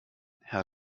herr